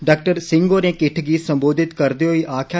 डॉ सिंह होरें किट्ठ गी संबोधित करदे होई आक्खेआ